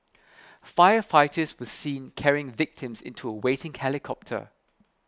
firefighters were seen carrying victims into waiting helicopter